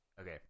Okay